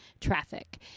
traffic